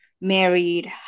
married